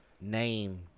name